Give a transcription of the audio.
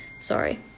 sorry